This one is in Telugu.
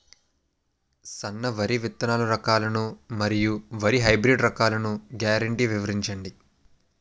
సన్న వరి విత్తనాలు రకాలను మరియు వరి హైబ్రిడ్ రకాలను గ్యారంటీ వివరించండి?